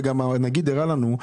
וגם הנגיד הראה לנו,